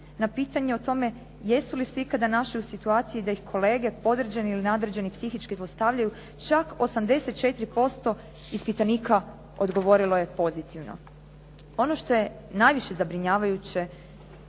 na pitanje o tome jesu li se ikada našli u situaciji da ih kolege ili podređeni ili nadređeni psihički zlostavljaju čak 84% ispitanika odgovorilo je pozitivno. Ono što je najviše zabrinjavajuće